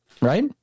right